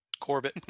Corbett